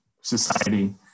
society